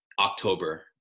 October